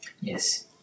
Yes